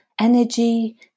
energy